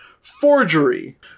Forgery